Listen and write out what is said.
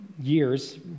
years